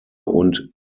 und